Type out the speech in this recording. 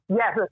yes